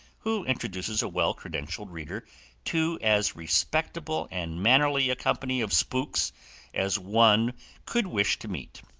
who introduces a well-credentialed reader to as respectable and mannerly a company of spooks as one could wish to meet.